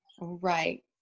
Right